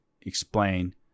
explain